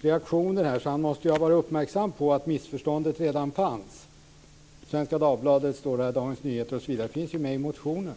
reaktioner. Han måste därför ha varit uppmärksammad på att det missförståndet redan fanns. I motionen nämns Svenska Dagbladet och Dagens Nyheter.